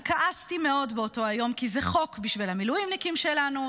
כעסתי מאוד באותו היום כי זה חוק בשביל המילואימניקים שלנו,